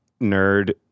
nerd